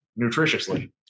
nutritiously